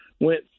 went